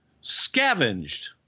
scavenged